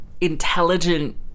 Intelligent